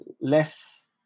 less